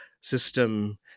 system